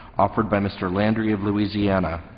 offered by mr. landry of louisiana.